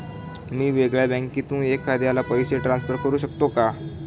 मी वेगळ्या बँकेतून एखाद्याला पैसे ट्रान्सफर करू शकतो का?